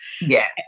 Yes